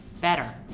Better